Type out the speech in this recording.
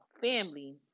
family